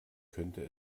könnte